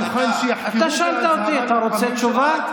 אתה היית מוכן שיחקרו באזהרה לוחמים שלך?